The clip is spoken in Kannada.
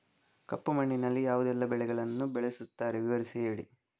ಕಪ್ಪು ಮಣ್ಣಿನಲ್ಲಿ ಯಾವುದೆಲ್ಲ ಬೆಳೆಗಳನ್ನು ಬೆಳೆಸುತ್ತಾರೆ ವಿವರಿಸಿ ಹೇಳಿ